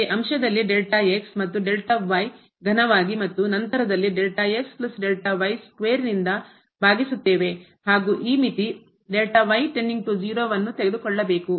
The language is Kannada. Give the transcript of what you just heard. ಇಲ್ಲಿಅಂಶದಲ್ಲಿ ಮತ್ತು ಘನವಾಗಿ ಮತ್ತು ನಂತರದಲ್ಲಿ ನಿಂದ ಹಾಗೂ ಈ ಮಿತಿ ಯನ್ನುತೆಗೆದುಕೊಳ್ಳಬೇಕು